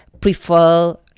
prefer